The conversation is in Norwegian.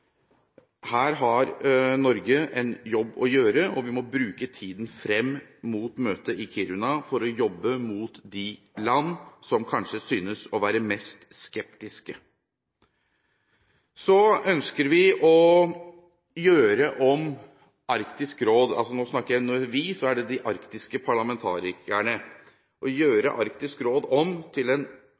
Her har Norge en jobb å gjøre, og vi må bruke tiden frem mot møtet i Kiruna til å jobbe mot de landene som kanskje synes å være mest skeptiske. Vi – de arktiske parlamentarikerne – ønsker å gjøre Arktisk råd om til en traktatbasert organisasjon, på linje med andre internasjonale organisasjoner. Vi tror det